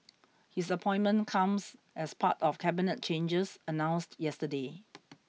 his appointment comes as part of Cabinet changes announced yesterday